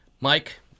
Mike